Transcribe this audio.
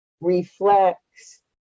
reflects